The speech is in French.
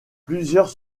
plusieurs